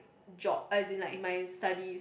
job as in like in my studies